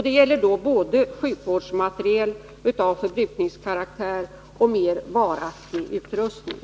Det gäller både sjukvårdsmateriel av förbrukningskaraktär och mer varaktig utrustning.